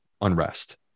unrest